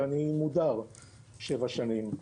ואני מודר שבע שנים.